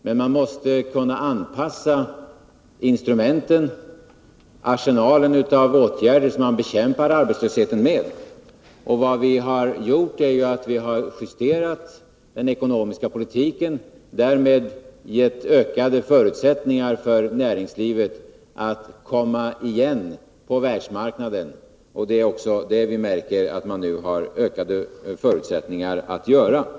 Men man måste kunna anpassa instrumenten och arsenalen av åtgärder som man bekämpar arbetslösheten med. Vad vi har gjort är att vi justerat den ekonomiska politiken och därmed givit ökade förutsättningar för näringslivet att komma igen på världsmarknaden. Vi märker nu också att näringslivet har fått ökade förutsättningar att göra detta.